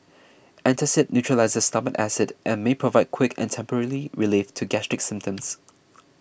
antacid neutralises stomach acid and may provide quick and temporary relief to gastric symptoms